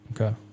Okay